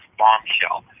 bombshell